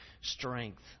strength